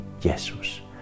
Jesus